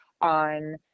on